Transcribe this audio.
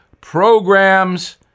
programs